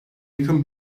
yakın